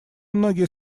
многие